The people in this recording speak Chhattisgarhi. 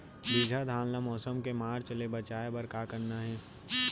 बिजहा धान ला मौसम के मार्च ले बचाए बर का करना है?